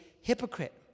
hypocrite